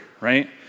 right